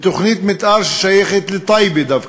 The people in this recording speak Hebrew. בתוכנית מתאר ששייכת לטייבה דווקא,